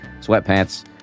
sweatpants